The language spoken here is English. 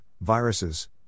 viruses